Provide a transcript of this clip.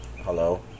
Hello